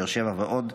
באר שבע ועוד.